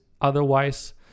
otherwise